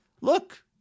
Look